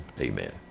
Amen